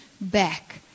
back